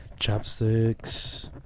chopsticks